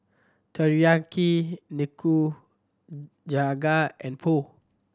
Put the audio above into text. Teriyaki Nikujaga and Pho